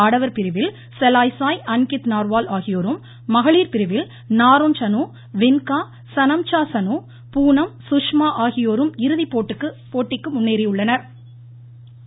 ஆடவர் பிரிவில் செலாய் சாய் அன்கித் நார்வால் ஆகியோரும் மகளிர் பிரிவில் நாரோன் சனு வின்கா சனம்ச்சா சனு பூணம் சுஷ்மா ஆகியோரும் இறுதிப் போட்டிக்கு முன்னேறியுள்ளனா்